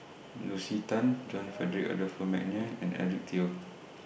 Lucy Tan John Frederick Adolphus Mcnair and Eric Teo